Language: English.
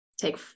take